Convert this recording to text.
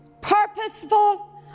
purposeful